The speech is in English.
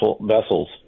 vessels